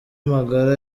magara